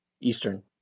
eastern